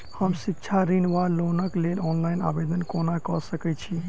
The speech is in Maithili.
हम शिक्षा ऋण वा लोनक लेल ऑनलाइन आवेदन कोना कऽ सकैत छी?